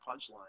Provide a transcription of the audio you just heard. punchline